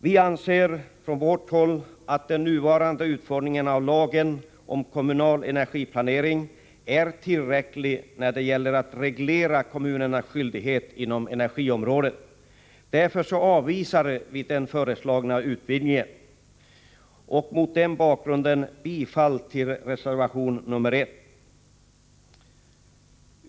Vi anser att den nuvarande utformningen av lagen om kommunal energiplanering är tillräcklig när det gäller att reglera kommunernas skyldigheter inom energiområdet. Därför avvisar vi den nu föreslagna utvidgningen. Mot den bakgrunden yrkar jag bifall till reservation nr 1.